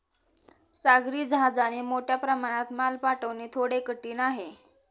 सागरी जहाजाने मोठ्या प्रमाणात माल पाठवणे थोडे कठीण आहे